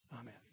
Amen